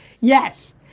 yes